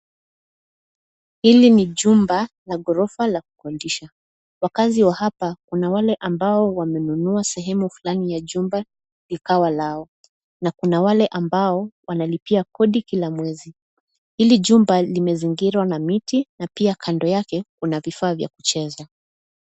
Hili ni jumba la ghorofa la kukodisha. Wakaazi wa hapa, kuna wale ambao wamenunua sehemu fulani ya jumba ikawa lao na kuna wale ambao wanalipia kodi kila mwezi. Hili jumba limezingirwa na miti na pia kando yake kuna vifaa vya kucheza.